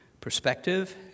perspective